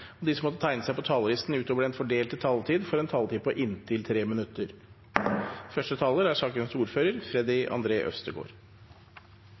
og de som måtte tegne seg på talerlisten utover den fordelte taletid, får også en taletid på inntil 3 minutter.